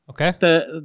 Okay